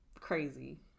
crazy